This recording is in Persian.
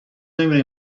نمیره